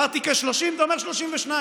אמרתי כ-30 ואתה אומר 32,